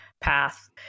path